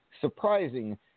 Surprising